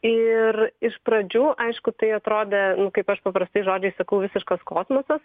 ir iš pradžių aišku tai atrodė kaip aš paprastais žodžiais sakau visiškas kosmosas